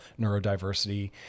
neurodiversity